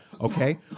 okay